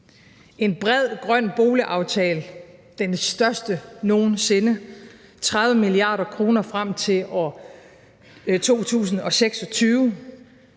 En bred grøn boligaftale har vi indgået – den største nogen sinde: 30 mia. kr. frem til år 2026